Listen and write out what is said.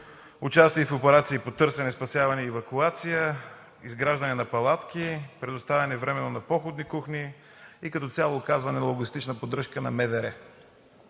участие в операции по търсене, спасяване и евакуация; изграждане на палатки; предоставяне временно на походни кухни и като цяло – оказване на логистична поддържка на МВР.